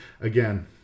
again